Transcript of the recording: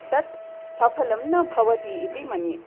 तत् सफलं न भवति इति मन्ये